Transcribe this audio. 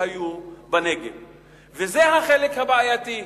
וזה החלק הבעייתי.